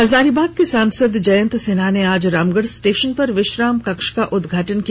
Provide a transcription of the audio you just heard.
हजारीबाग के सांसद जयंत सिन्हा ने आज रामगढ़ स्टेशन पर विश्राम कक्ष का उदघाटन किया